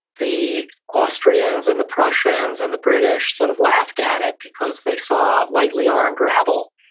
the austrians and the persians, and the british, sort of laughed at it, because they saw lightly armed rebel.